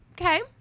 Okay